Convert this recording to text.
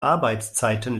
arbeitszeiten